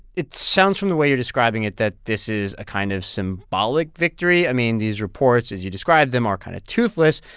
it sounds from the way you're describing it that this is a kind of symbolic victory. i mean, these reports as you describe them are kind of toothless,